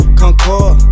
concord